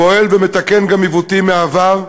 פועל ומתקן גם עיוותים מהעבר,